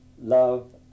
love